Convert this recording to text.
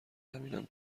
همینم